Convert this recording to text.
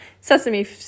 sesame